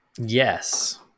Yes